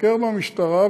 תיחקר במשטרה,